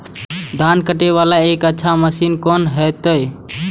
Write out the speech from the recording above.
धान कटे वाला एक अच्छा मशीन कोन है ते?